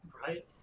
Right